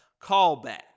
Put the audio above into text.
callback